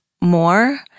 more